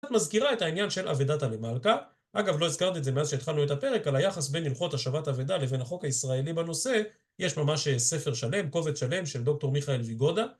מזכירה את העניין של עבדת הלמרקה אגב לא הזכרתי את זה מאז שהתחלנו את הפרק על היחס בין הלכות השבת עבדה לבין החוק הישראלי בנושא יש ממש ספר שלם, קובץ שלם של דוקטור מיכאל ויגודה